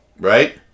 Right